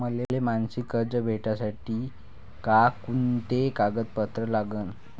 मले मासिक कर्ज भेटासाठी का कुंते कागदपत्र लागन?